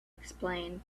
explain